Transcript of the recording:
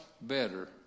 better